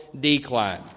decline